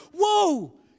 whoa